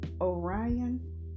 Orion